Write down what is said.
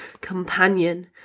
Companion